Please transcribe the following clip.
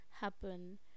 happen